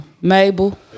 Mabel